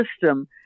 system